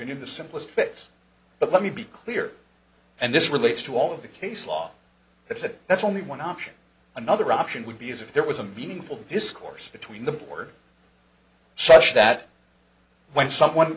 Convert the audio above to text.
opinion the simplest fix but let me be clear and this relates to all of the case law that said that's only one option another option would be as if there was a meaningful discourse between the board such that when someone